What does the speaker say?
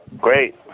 Great